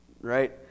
Right